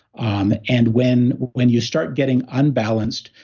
um and when when you start getting unbalanced,